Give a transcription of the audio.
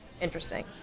interesting